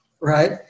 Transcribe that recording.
Right